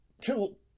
Till